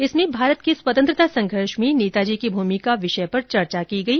इसमें भारत के स्वतंत्रता संघर्ष में नेताजी की भूमिका विषय पर चर्चा की गई